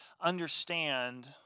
understand